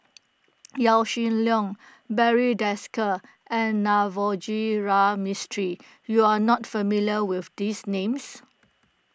Yaw Shin Leong Barry Desker and Navroji R Mistri you are not familiar with these names